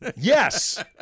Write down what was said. Yes